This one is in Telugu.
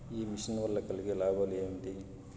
ఈ మిషన్ వల్ల కలిగే లాభాలు ఏమిటి?